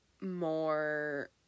more